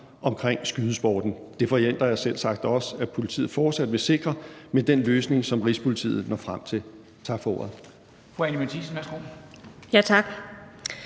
omkring skydesporten. Det forventer jeg selvsagt også at politiet fortsat vil sikre med den løsning, som Rigspolitiet når frem til. Tak for ordet.